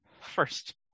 first